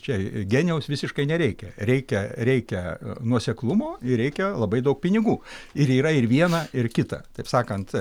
čia genijaus visiškai nereikia reikia reikia nuoseklumo ir reikia labai daug pinigų ir yra ir viena ir kita taip sakant